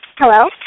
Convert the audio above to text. Hello